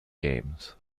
games